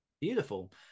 beautiful